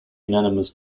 unanimous